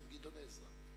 חבר הכנסת גדעון עזרא.